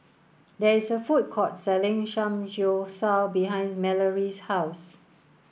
there is a food court selling Samgyeopsal behind Mallory's house